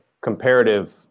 comparative